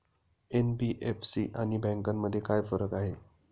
NBFC आणि बँकांमध्ये काय फरक आहे?